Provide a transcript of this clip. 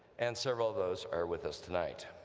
and several of those are with us tonight.